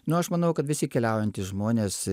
nu aš manau kad visi keliaujantys žmonės